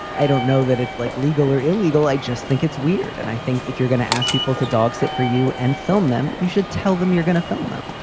i don't know that it's like legal or illegal. i just think it's weird. and i think if you're going to ask people to dogs that for you and film them, you should tell them you're going to film them.